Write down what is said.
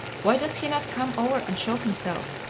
why does he not come over and show himself?